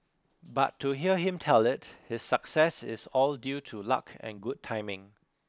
but to hear him tell it the success is all due to luck and good timing